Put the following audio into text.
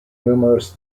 numerous